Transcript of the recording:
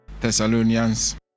Thessalonians